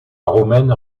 romaine